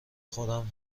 خودم